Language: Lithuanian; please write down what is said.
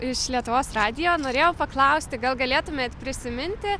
iš lietuvos radijo norėjau paklausti gal galėtumėt prisiminti